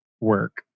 work